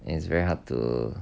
it's very hard to